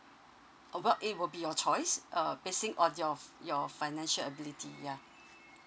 oh well it will be your choice uh basic on your f~ your financial ability yeah